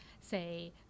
say